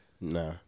Nah